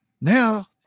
now